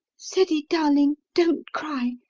ceddie, darling, don't cry.